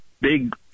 big